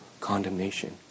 condemnation